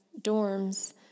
dorms